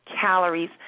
calories